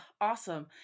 awesome